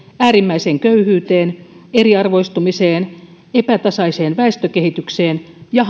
äärimmäiseen köyhyyteen eriarvoistumiseen epätasaiseen väestökehitykseen ja